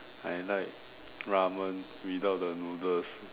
I like Ramen without the noodles